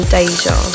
Deja